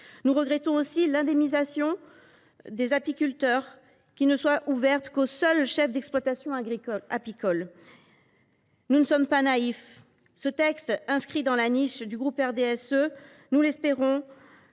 Nous regrettons aussi que l’indemnisation des apiculteurs ne soit ouverte qu’aux chefs d’exploitation apicoles. Nous ne sommes pas naïfs. Ce texte, inscrit dans la niche du groupe RDSE, offrira